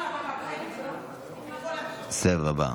בסבב הבא.